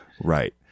Right